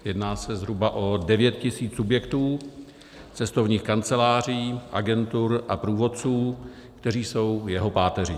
Jedná se zhruba o 9 tisíc subjektů cestovních kanceláří, agentur a průvodců, kteří jsou jeho páteří.